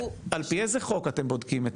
--- על פי איזה חוק אתם בודקים?